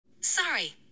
Sorry